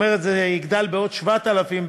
זה יגדל בעוד 7,000,